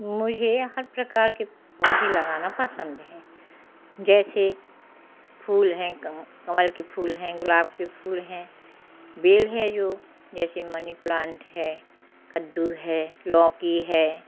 मुझे हर प्रकार के पौधे लगाना पसंद है जैसे फूल हैं कमल के फूल हैं गुलाब के फूल हैं बेल हैं जो जैसे मनी प्लांट है कद्दू है लौकी है